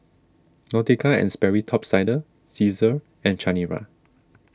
Nautica and Sperry Top Sider Cesar and Chanira